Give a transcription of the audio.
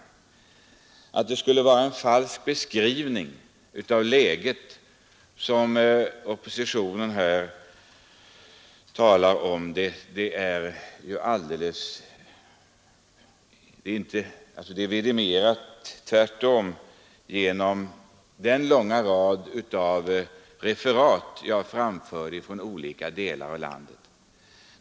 Påståendet att det skulle vara en falsk beskrivning av läget som oppositionen gjort är också helt felaktigt. Beskrivningen verifieras tvärtom av en lång rad referat från olika delar av landet.